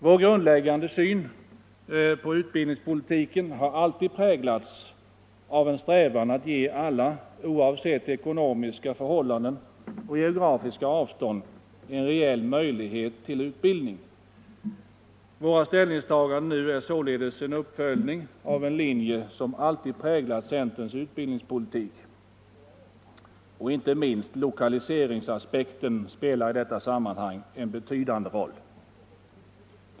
Vår grundläggande syn på utbildningspolitiken har alltid präglats av en strävan att ge alla, oavsett ekonomiska förhållanden och geografiska avstånd, en reell möjlighet till utbildning. Våra ställningstaganden nu är således en uppföljning av en linje som alltid präglat centerns utbildningspolitik. Inte minst lokaliseringsaspekten spelar i detta sammanhang en betydande roll.